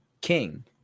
king